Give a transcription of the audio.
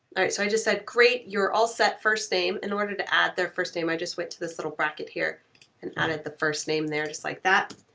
alright, so i just said great, you're all set first name, in order to add their first name, i just went to this little bracket here and added the first name there just like that.